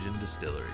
Distillery